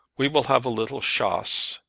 we will have a little chasse,